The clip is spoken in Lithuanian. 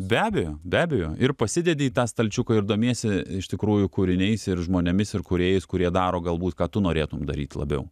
be abejo be abejo ir pasidedi į tą stalčiuką ir domiesi iš tikrųjų kūriniais ir žmonėmis ir kūrėjais kurie daro galbūt ką tu norėtum daryt labiau